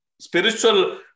spiritual